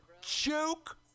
Joke